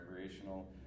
recreational